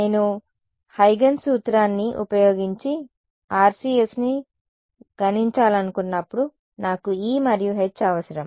నేను హ్యూజెన్స్ సూత్రాన్ని ఉపయోగించి RCSని గణించాలనుకున్నప్పుడు నాకు E మరియు H అవసరం